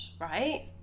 Right